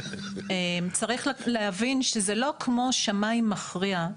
צריך להבין שזה לא כמו שמאי מכריע,